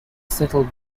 settled